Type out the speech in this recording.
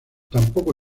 tampoco